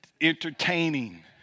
entertaining